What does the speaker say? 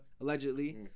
allegedly